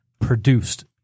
produced